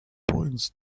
points